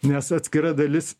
nes atskira dalis